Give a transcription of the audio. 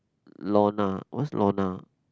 Lorna what's Lorna